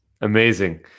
Amazing